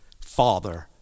Father